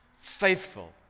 faithful